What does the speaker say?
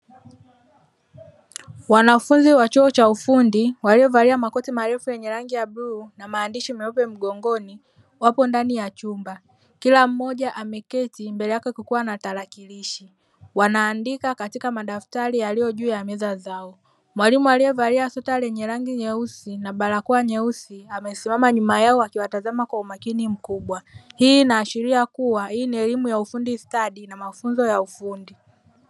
Wanafunzi wa chuo cha ufundi walio valia makoti marefu yenye rangi ya bluu na maandishi mgongoni wapo ndani ya chumba kila mmoja ameketi mbele yake kukiwa na talakilishi wanaandika katika madftari yaliyo juu ya meza zao, mwalimu alie valia sweta lenye rangi nyeusi na barakoa nyeusi amesimama nyuma yao akiwatazama kwa umakini mkubwa hii inaashiria kuwa hii ni elimu ya ufundi stadi na mafunzo ya ufundi.